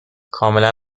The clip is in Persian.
کاملا